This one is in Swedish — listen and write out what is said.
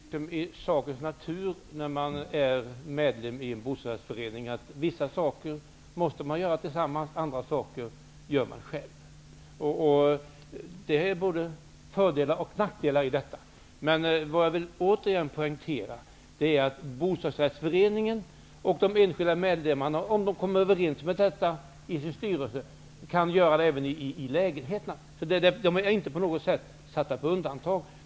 Herr talman! Det ligger i sakens natur, när man är medlem i en bostadsrättsförening, att vissa saker måste medlemmarna göra tillsammans, andra saker kan de göra var och en för sig. Det är både fördelar och nackdelar i detta. Vad jag återigen vill poängtera är att de enskilda medlemmarna, om de kommer överens och styrelsen beslutar om detta, kan göra reparationer även i lägenheterna. De är inte på något sätt satta på undantag.